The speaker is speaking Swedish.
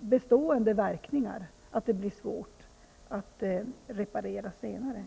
bestående verkningar som det blir svårt att reparera senare.